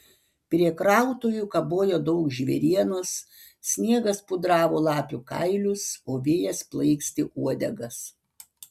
prie krautuvių kabojo daug žvėrienos sniegas pudravo lapių kailius o vėjas plaikstė uodegas